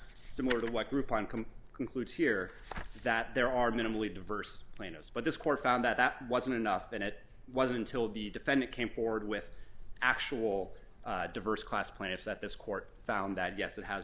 similar to what groupon come concludes here that there are minimally diverse plaintiffs but this court found that that wasn't enough and it was until the defendant came forward with actual diverse class plants that this court found that yes it has